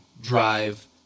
drive